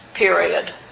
period